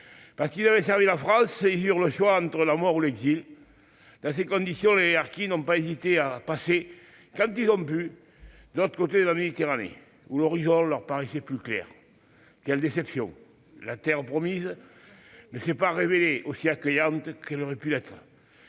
Parce qu'ils avaient servi la France, ils eurent le choix entre la mort et l'exil. Dans ces conditions, les harkis n'ont pas hésité à passer, quand ils l'ont pu, de l'autre côté de la Méditerranée, où l'horizon leur paraissait plus clair. Quelle déception ! La terre promise ne s'est pas révélée aussi accueillante qu'elle aurait dû l'être.